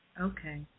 Okay